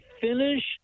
finish